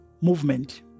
movement